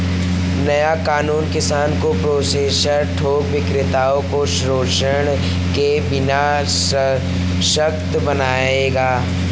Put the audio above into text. नया कानून किसानों को प्रोसेसर थोक विक्रेताओं को शोषण के बिना सशक्त बनाएगा